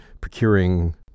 procuring